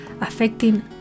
affecting